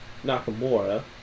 Nakamura